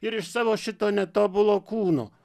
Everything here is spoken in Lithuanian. ir iš savo šito netobulo kūno